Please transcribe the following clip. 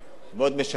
מאוד משכנע,